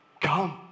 come